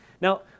Now